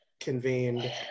convened